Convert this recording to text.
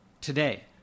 today